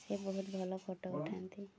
ସେ ବହୁତ ଭଲ ଫଟୋ ଉଠାନ୍ତି